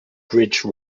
bridge